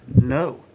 No